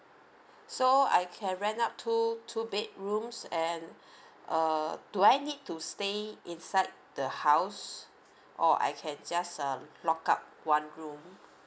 so I can rent out two two bedrooms and uh do I need to stay inside the house or I can just um lock up one room